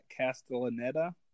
Castellaneta